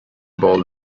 bowl